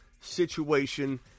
situation